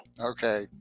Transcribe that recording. Okay